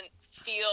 feel